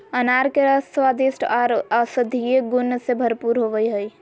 अनार के रस स्वादिष्ट आर औषधीय गुण से भरपूर होवई हई